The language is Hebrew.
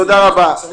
תודה רבה.